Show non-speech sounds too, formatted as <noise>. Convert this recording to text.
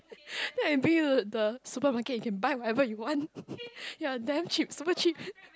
then I bring you to the supermarket you can buy whatever you want <laughs> ya damn cheap super cheap <laughs>